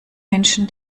menschen